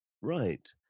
right